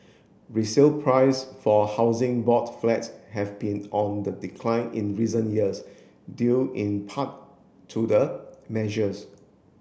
resale price for Housing Board flat have been on the decline in recent years due in part to the measures